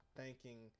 thanking